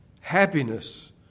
happiness